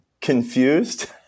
Confused